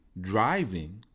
driving